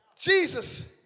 Jesus